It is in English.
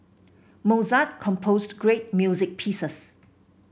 Mozart composed great music pieces